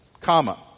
comma